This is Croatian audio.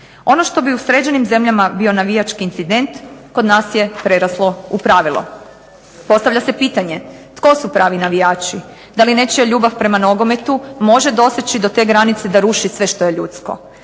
Ono što bi u sređenim zemljama bio navijački incident kod nas je preraslo u pravilo. Postavlja se pitanje tko su pravi navijači? Da li nečija ljubav prema nogometu može doseći do te granice da ruši sve što je ljudsko?